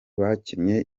bakinnye